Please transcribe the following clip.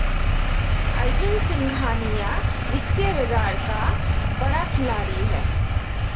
अर्जुन सिंघानिया वित्तीय बाजार का बड़ा खिलाड़ी है